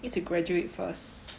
need to graduate first